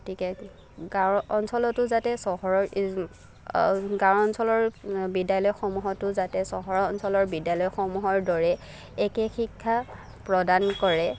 গতিকে গাঁৱৰ অঞ্চলতো যাতে চহৰৰ এই গাওঁ অঞ্চলৰ বিদ্য়ালয়সমূহতো যাতে চহৰৰ অঞ্চলৰ বিদ্য়ালয়সমূহৰ দৰে একেই শিক্ষা প্ৰদান কৰে